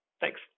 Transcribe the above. Thanks